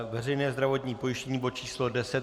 Veřejné zdravotní pojištění, bod číslo 10.